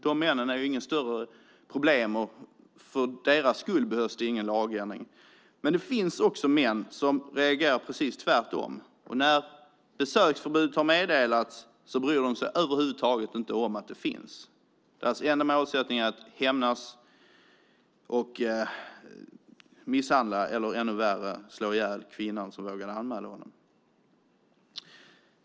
Dessa män är inte något större problem och för deras skull behövs det ingen lagändring. Men det finns män som reagerar precis tvärtom. När ett besöksförbud meddelats bryr de sig över huvud taget inte om att det finns. Deras enda mål är att hämnas och misshandla eller, ännu värre, slå ihjäl kvinnan som vågade anmäla honom.